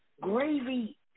gravy